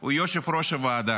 הוא יושב-ראש הוועדה?